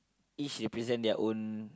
each represent their own